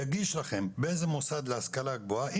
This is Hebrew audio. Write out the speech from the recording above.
יגיש לכם באיזה מוסד להשכלה גבוהה הוא נמצא.